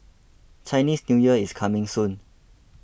Chinese New Year is coming soon